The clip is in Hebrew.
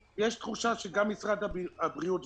המשפחה: אנחנו רוצים להגיע לכאן,